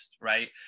Right